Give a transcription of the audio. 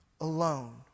alone